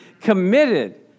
committed